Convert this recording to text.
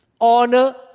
honor